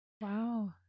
Wow